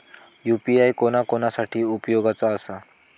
UPI कोणा कोणा साठी उपयोगाचा आसा?